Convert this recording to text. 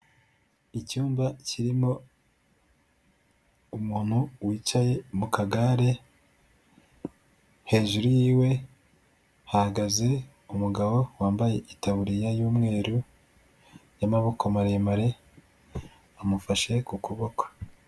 Icyumba kirimo umuntu wicaye mu kagare, hejuru y'iwe hahagaze umugabo wambaye itaburiya y'umweru y'amaboko maremare, amufashe ku kuboko.